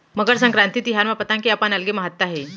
मकर संकरांति तिहार म पतंग के अपन अलगे महत्ता हे